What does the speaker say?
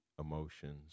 emotions